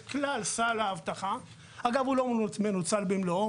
שאגב, לא מנוצל במלואו.